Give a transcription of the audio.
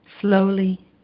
slowly